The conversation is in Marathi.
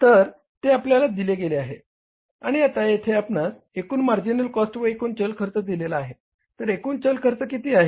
तर ते आपल्याला दिले गेले आहे आणि आता येथे आपणास एकूण मार्जिनल कॉस्ट व एकूण चल खर्च दिलेला आहे तर एकूण चल खर्च किती आहे